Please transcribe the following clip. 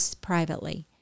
privately